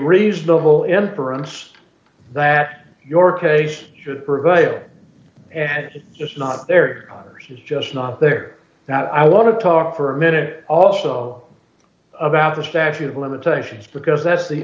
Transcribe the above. reasonable inference that your case should prevail and it's just not there expires it's just not there now i want to talk for a minute also about the statute of limitations because that's the